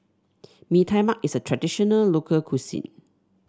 Mee Tai Mak is a traditional local cuisine